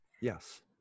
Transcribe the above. Yes